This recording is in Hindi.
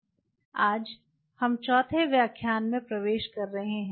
आज हम चौथे व्याख्यान में प्रवेश कर रहे हैं